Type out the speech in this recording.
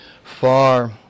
far